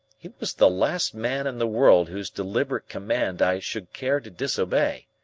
he was the last man in the world whose deliberate command i should care to disobey.